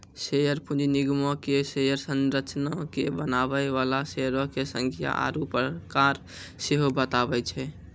share पूंजी निगमो के शेयर संरचना के बनाबै बाला शेयरो के संख्या आरु प्रकार सेहो बताबै छै